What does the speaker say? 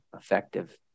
effective